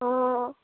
অ